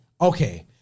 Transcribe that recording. Okay